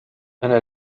أنا